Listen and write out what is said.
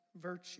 virtue